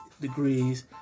degrees